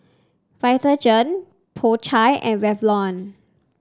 Vitagen Po Chai and Revlon